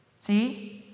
See